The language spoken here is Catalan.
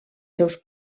seus